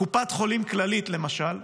קופת חולים כללית, למשל,